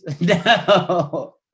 No